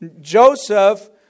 Joseph